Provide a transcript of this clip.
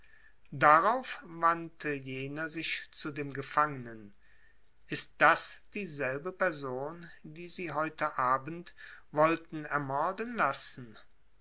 darauf wandte jener sich zu dem gefangenen ist das dieselbe person die sie heute abend wollten ermorden lassen